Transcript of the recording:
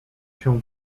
się